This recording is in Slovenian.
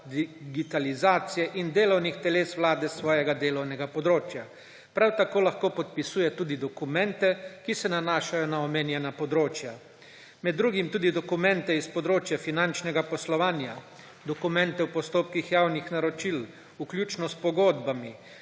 digitalizacije in delovnih teles Vlade s svojega delovnega področja. Prav tako lahko podpisuje tudi dokumente, ki se nanašajo na omenjena področja. Med drugim tudi dokumente s področja finančnega poslovanja; dokumente v postopkih javnih naročil, vključno s pogodbami,